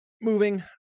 Moving